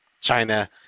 China